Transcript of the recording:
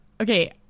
Okay